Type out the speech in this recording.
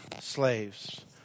slaves